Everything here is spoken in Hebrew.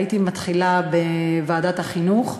הייתי מתחילה בוועדת החינוך,